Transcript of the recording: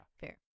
Fair